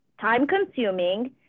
time-consuming